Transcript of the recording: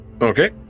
Okay